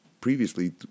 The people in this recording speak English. previously